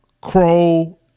Crow